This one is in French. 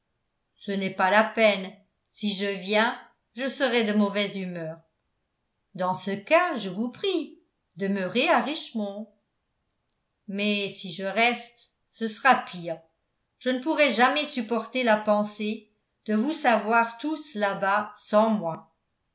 ce n'est pas la peine si je viens je serai de mauvaise humeur dans ce cas je vous prie demeurez à richmond mais si je reste ce sera pire je ne pourrai jamais supporter la pensée de vous savoir tous là-bas sans moi